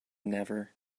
never